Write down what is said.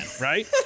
right